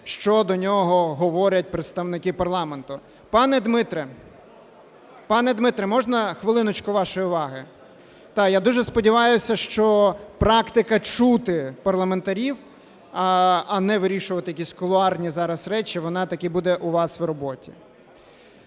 що до нього говорять представники парламенту. Пане Дмитре, пане Дмитре, можна хвилиночку вашої уваги? Так, я дуже сподіваюсь, що практика чути парламентарів, а не вирішувати якісь кулуарні зараз речі, вона таки буде у вас в роботі.